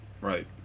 Right